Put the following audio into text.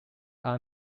are